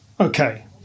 Okay